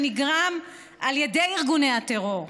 שנגרם על ידי ארגוני הטרור.